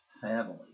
family